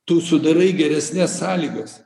tu sudarai geresnes sąlygas